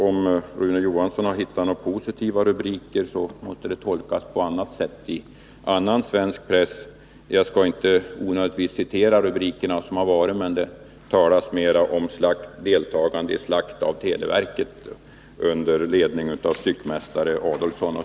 Om Rune Johansson har hittat några positiva rubriker i sin orts tidningar, så måste de tolka motionen på ett annat och bättre sätt än man velat tolka den i min hemorts tidningar. Jag skall inte onödigtvis citera de rubriker som har förekommit, men jag kan ändå nämna att där talas t.ex. om vårt deltagande i slakt av televerket under ledning av styckmästare Adelsohn.